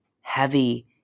heavy